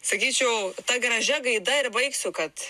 sakyčiau ta gražia gaida ir baigsiu kad